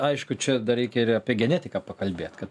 aišku čia dar reikia ir apie genetiką pakalbėt kad